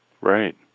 Right